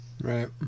Right